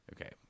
Okay